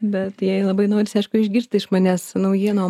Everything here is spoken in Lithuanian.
bet jai labai noris aišku išgirsti iš manęs naujienų o